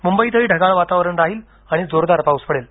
मुंबईतही ढगाळ वातावरण राहील आणि जोरदार पाऊस पडेल